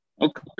Okay